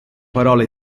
parola